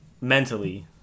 mentally